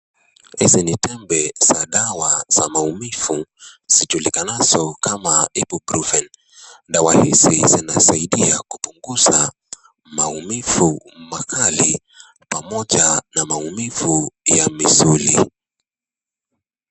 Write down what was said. Hizi ni tembe za dawa za maumivu zijulikanazo kama Ibuprofen. Dawa hizi zinasaidia kupunguza maumivu makali pamoja na maumivu ya misuli.